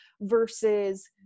versus